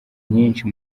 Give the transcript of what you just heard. nyinshi